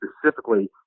specifically